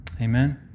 Amen